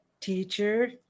teacher